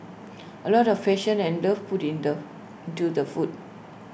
A lot of passion and love put in the into the food